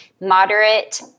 moderate